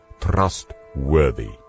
trustworthy